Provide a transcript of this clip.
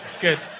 Good